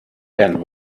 and